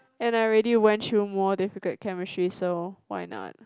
and I already went through more difficult chemistry so why not